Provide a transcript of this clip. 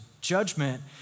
judgment